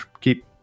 keep